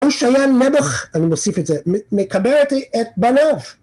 ‫הוא שיין מדך, אני מוסיף את זה, ‫מקבר אותי את בניו.